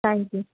thank you